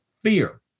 fear